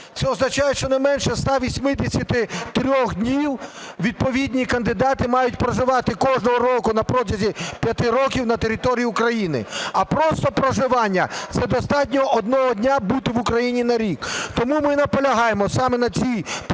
Це означає, що не менше 183 днів відповідні кандидати мають проживати кожного року на протязі 5 років на території України. А просто проживання – це достатньо одного дня бути в Україні на рік. Тому ми і наполягаємо саме на цій поправці,